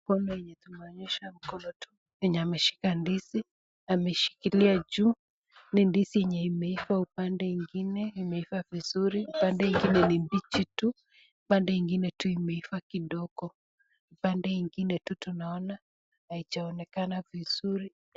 Mkono yenye tunaonyeshwa mwenye ameshikilia ndizi, ameshikilia juu, ni ndizi yenye imeiva upande ingine imeiva vizuri, upande ingine ni mbichi tu, pande ingine tu imeiva kidogo, upande ingine tu tunaona haija onekani vizuri.